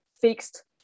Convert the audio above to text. fixed